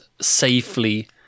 safely